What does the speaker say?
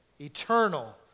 Eternal